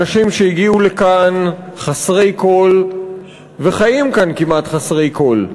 אנשים שהגיעו לכאן חסרי כול וחיים כאן כמעט חסרי כול,